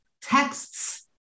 texts